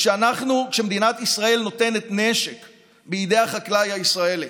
כשמדינת ישראל נותנת נשק בידי החקלאי הישראלי